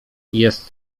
jest